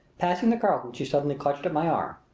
passing the carlton she suddenly clutched at my arm.